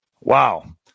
Wow